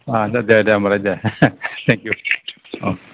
आच्छा दे दे होनबालाय दे दे टेंकिउ औ